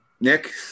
Nick